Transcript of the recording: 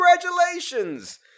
Congratulations